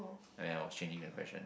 ah ya was changing the question